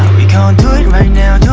we gon' do it right now,